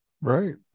right